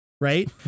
Right